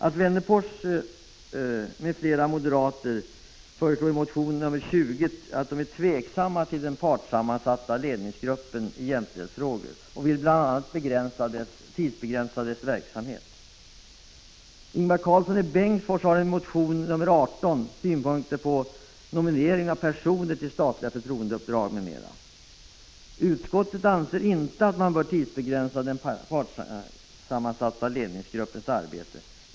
Alf Wennerfors m.fl. moderater är i motion 1985/86:20 tveksamma till den partssammansatta ledningsgruppen i jämställdhetsfrågor och vill bl.a. att dess verksamhet skall tidsbegränsas. Utskottet anser inte att man bör tidsbegränsa den partssammansatta ledningsgruppens arbete.